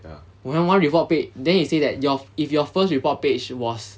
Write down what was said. !wah! then one report pa~ then they say that your if your first report page was